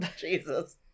Jesus